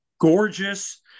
gorgeous